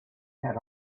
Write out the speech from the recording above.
had